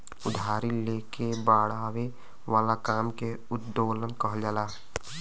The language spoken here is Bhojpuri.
उधारी ले के बड़ावे वाला काम के उत्तोलन कहल जाला